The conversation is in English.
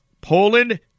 Poland